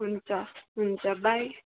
हुन्छ हुन्छ बाइ